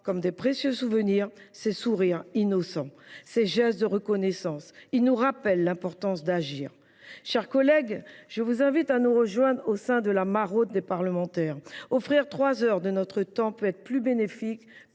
comme de précieux souvenirs, ces sourires innocents et ces gestes de reconnaissance. Ils nous rappellent l’importance d’agir. Mes chers collègues, je vous invite à nous rejoindre au sein de la Maraude des parlementaires. Offrir trois heures de notre temps peut être plus bénéfique,